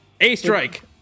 A-Strike